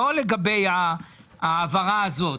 לא לגבי ההעברה הזאת.